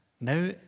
now